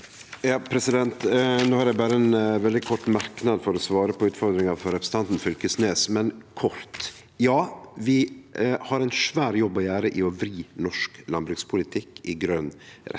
(V) No har eg berre ein veldig kort merknad for å svare på utfordringa frå representanten Fylkesnes, men kort: Ja, vi har ein svær jobb å gjere med å vri norsk landbrukspolitikk i grøn retning.